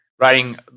writing